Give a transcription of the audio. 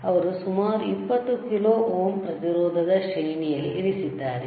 ಅವರು ಸುಮಾರು 20 kilo ohm ಪ್ರತಿರೋಧದ ಶ್ರೇಣಿ ಯಲ್ಲಿ ಇರಿಸಿದ್ದಾರೆ